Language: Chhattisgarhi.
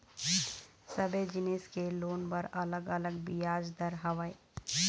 सबे जिनिस के लोन बर अलग अलग बियाज दर हवय